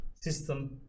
system